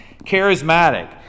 charismatic